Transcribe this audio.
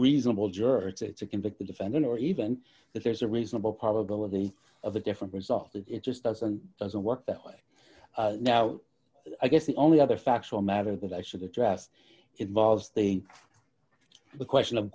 reasonable juror to convict the defendant or even that there's a reasonable probability of a different result that just doesn't doesn't work that way now i guess the only other factual matter that i should address evolves the the question of